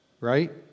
right